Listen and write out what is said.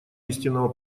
истинного